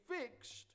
fixed